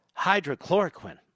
hydrochloroquine